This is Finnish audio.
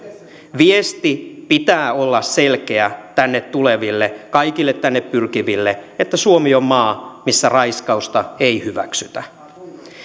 viestin pitää olla selkeä tänne tuleville kaikille tänne pyrkiville että suomi on maa missä raiskausta ei hyväksytä